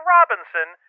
Robinson